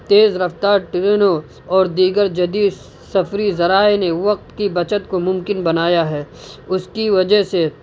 تیز رفتار ٹرینوں اور دیگر جدید سفری ذرائع نے وقت کی بچت کو ممکن بنایا ہے اس کی وجہ سے